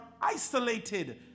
isolated